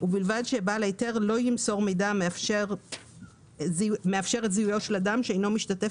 ובלבד שבעל ההיתר לא ימסור מידע המאפשר את זיהויו של אדם שאינו משתתף